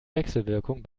wechselwirkung